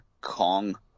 Kong